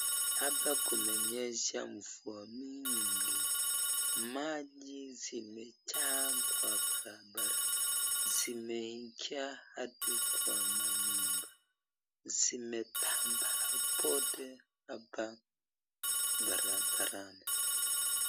Hapa kumenyesha mvua mingi. Maji zimejaa kwa barabara. Zimeingia hadi kwa manyumba. Zimetambaa pote hapa barabarani.